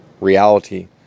reality